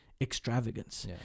Extravagance